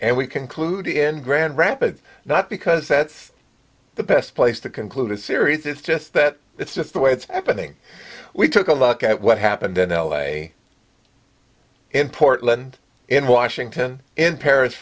and we conclude in grand rapids not because that's the best place to conclude a series it's just that it's just the way it's happening we took a lock at what happened in l a in portland in washington in paris